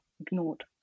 ignored